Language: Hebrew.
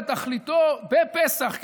לתכליתו בפסח,